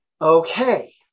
okay